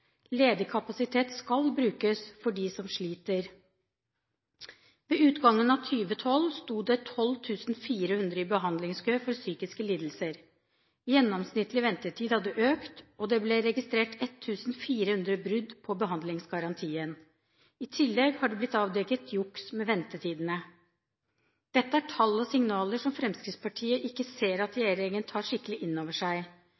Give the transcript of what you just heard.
Ledig kapasitet skal brukes for dem som sliter. Ved utgangen av 2012 sto det 12 400 i behandlingskø for psykiske lidelser, gjennomsnittlig ventetid hadde økt, og det ble registrert 1 400 brudd på behandlingsgarantien. I tillegg har det blitt avdekket juks med ventetidene. Dette er tall og signaler som Fremskrittspartiet ikke ser at regjeringen tar skikkelig inn over seg.